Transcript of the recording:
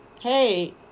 Hey